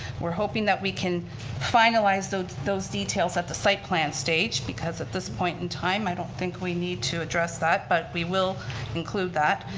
we're hoping that we can finalize those those details at the site plan stage because at this point in time, i don't think we need to address that but we will include that.